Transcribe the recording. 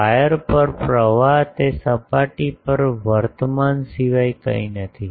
wire પર પ્રવાહ તે સપાટી પર વર્તમાન સિવાય કંઈ નથી